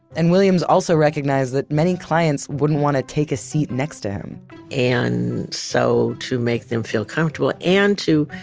and williams also recognized that many clients wouldn't want to take a seat next to him and so, to make them feel comfortable, and to